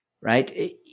Right